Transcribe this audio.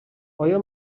آیا